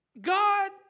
God